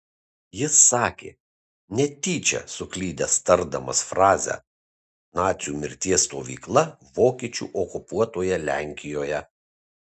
jis sakė netyčia suklydęs tardamas frazę nacių mirties stovykla vokiečių okupuotoje lenkijoje